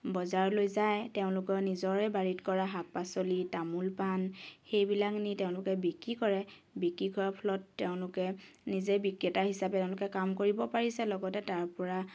বজাৰলৈ যায় তেওঁলোকৰ নিজৰে বাৰীত কৰা শাক পাচলি তামোল পাণ সেইবিলাক নি তেওঁলোকে বিক্ৰী কৰে বিক্ৰী কৰাৰ ফলত তেওঁলোকে নিজেই বিক্ৰেতা হিচাপে তেওঁলোকে কাম কৰিব পাৰিছে লগতে তাৰপৰা